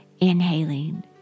Inhaling